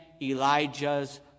Elijah's